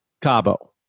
Cabo